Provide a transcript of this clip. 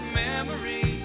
memory